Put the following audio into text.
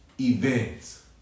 events